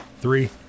three